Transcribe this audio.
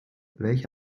welche